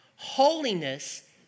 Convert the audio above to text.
Holiness